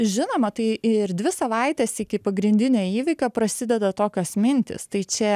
žinoma tai ir dvi savaitės iki pagrindinio įvykio prasideda tokios mintys tai čia